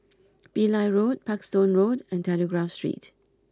Pillai Road Parkstone Road and Telegraph Street